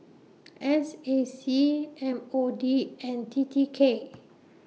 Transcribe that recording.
S A C M O D and T T K